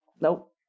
nope